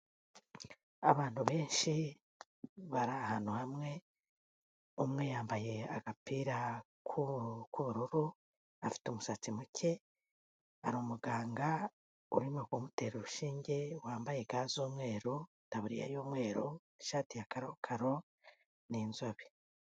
Abantu benshi bari ahantu hamwe umwe yambaye agapira k'ubururu afite umusatsi muke, hari umuganga urimo kumutera urushinge wambaye ga z'umweru, itaburiya y'umweru n'ishati ya karokaro ni inzobe.